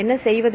என்ன செய்வது